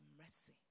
mercy